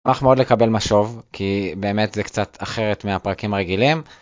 נשמח מאוד לקבל משוב כי באמת זה קצת אחרת מהפרקים הרגילים.